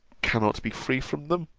cannot be free from them?